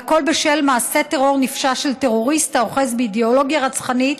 והכול בשל מעשה טרור נפשע של טרוריסט האוחז באידיאולוגיה רצחנית.